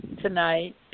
Tonight